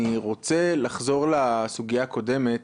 אני רוצה לחזור לסוגיה הקודמת.